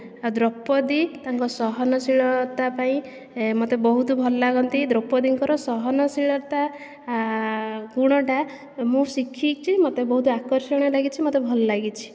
ଆଉ ଦ୍ରୌପଦୀ ତାଙ୍କ ସହନଶୀଳତା ପାଇଁ ମତେ ବହୁତ ଭଲ ଲାଗନ୍ତି ଦ୍ରୌପଦୀଙ୍କର ସହନଶୀଳତା ଗୁଣଟା ମୁଁ ଶିଖିଛି ମତେ ବହୁତ ଆକର୍ଷଣୀୟ ଲାଗିଛି ମତେ ଭଲ ଲାଗିଛି